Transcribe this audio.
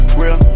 real